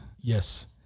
yes